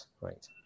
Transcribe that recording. right